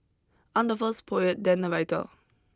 I'm the first poet then a writer